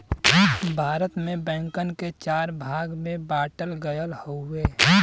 भारत में बैंकन के चार भाग में बांटल गयल हउवे